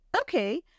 Okay